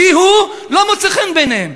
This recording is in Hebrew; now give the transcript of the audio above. כי הוא לא מוצא חן בעיניהם.